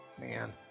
Man